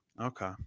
Okay